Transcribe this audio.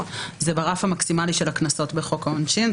זה ברף המקסימלי של הקנסות בחוק העונשין,